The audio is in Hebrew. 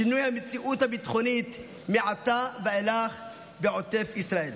שינוי המציאות הביטחונית מעתה ואילך בעוטף ישראל.